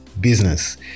business